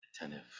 attentive